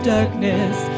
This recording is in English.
darkness